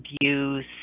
abuse